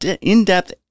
in-depth